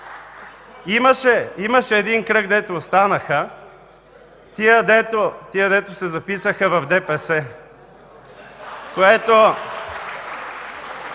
Имаше един кръг, дето останаха – тия дето се записаха в ДПС,